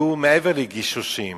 היה מעבר לגישושים